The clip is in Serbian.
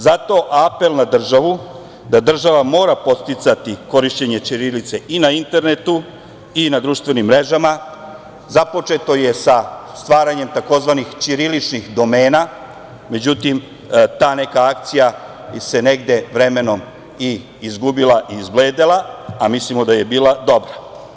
Zato apel na državu da država mora podsticati korišćenje ćirilice i na internetu i na društvenim mrežama, započeto je sa stvaranjem tzv. ćiriličnih domena, međutim, ta neka akcija se nege vremenom izgubila, izbledela, a mislimo da je bila dobra.